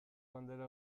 bandera